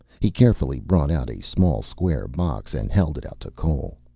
he carefully brought out a small square box and held it out to cole.